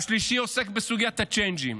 השלישית עוסקת בסוגיית הצ'יינג'ים.